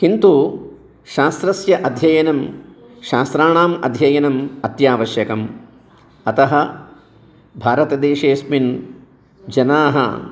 किन्तु शास्त्रस्य अध्ययनं शास्त्राणाम् अध्ययनम् अत्यावश्यकम् अतः भारतदेशेस्मिन् जनाः